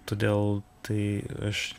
todėl tai aš